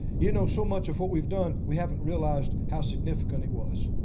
you know, so much of what we've done, we haven't realized how significant it was.